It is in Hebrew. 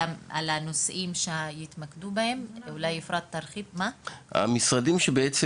שהנושאים בהם יתמקדו --- אז המשרדים שבעצם